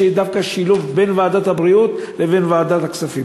שיהיה דווקא שילוב בין ועדת הבריאות לבין ועדת הכספים.